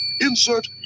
insert